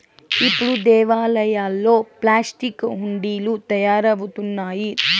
ఇప్పుడు దేవాలయాల్లో ప్లాస్టిక్ హుండీలు తయారవుతున్నాయి